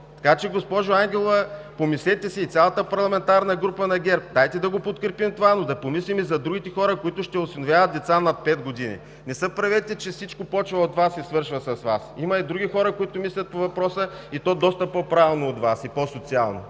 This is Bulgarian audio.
така че, госпожо Ангелова, помислете си, и цялата парламентарна група на ГЕРБ – дайте да го подкрепим това, но да помислим и за другите хора, които ще осиновяват деца над 5 години. Не се правете, че всичко започва от Вас и свършва с Вас. Има и други хора, които мислят по въпроса и то доста по-правилно от Вас, и по-социално.